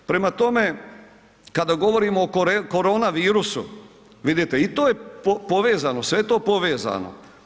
Prema tome, kada govorimo o koronavirusu, vidite i to je povezano, sve je to povezano.